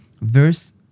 verse